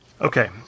Okay